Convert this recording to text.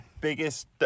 Biggest